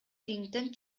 рингден